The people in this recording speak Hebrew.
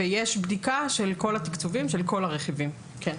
ויש בדיקה של כל התקצובים של כל הרכיבים, כן.